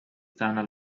tunnel